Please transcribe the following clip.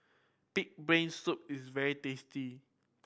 pig brain soup is very tasty